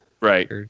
Right